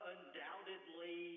Undoubtedly